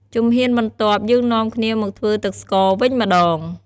ជំហានបន្ទាប់ យើងនាំគ្នាមកធ្វើទឹកស្ករវិញម្ដង។